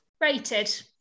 Rated